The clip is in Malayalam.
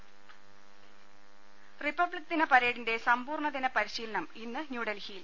ദേശ റിപ്പബ്ലിക് ദിന പരേഡിന്റെ സമ്പൂർണ്ണ ദിന പരിശീലനം ഇന്ന് ന്യൂഡൽഹിയിൽ